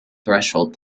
threshold